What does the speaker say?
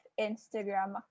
Instagram